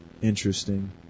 Interesting